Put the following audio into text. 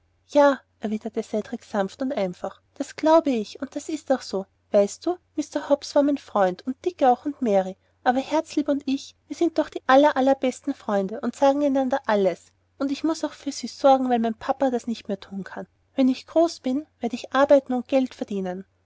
ja erwiderte cedrik sanft und einfach das glaube ich und das ist auch so weißt du mr hobbs war mein freund und dick auch und mary aber herzlieb und ich wir sind doch die aller allerbesten freunde und sagen einander alles und ich muß auch für sie sorgen weil mein papa das nicht mehr thun kann wenn ich groß bin werd ich arbeiten und geld verdienen